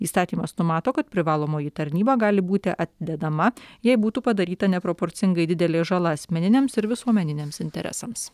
įstatymas numato kad privalomoji tarnyba gali būti atidedama jei būtų padaryta neproporcingai didelė žala asmeniniams ir visuomeniniams interesams